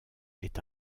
est